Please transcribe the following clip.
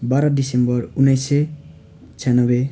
बाह्र डिसेम्बर उन्नाइस सय छयान्नब्बे